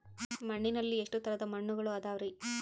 ಮಣ್ಣಿನಲ್ಲಿ ಎಷ್ಟು ತರದ ಮಣ್ಣುಗಳ ಅದವರಿ?